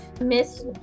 Miss